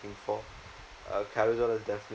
looking for uh Carousell has definitely